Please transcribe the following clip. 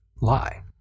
lie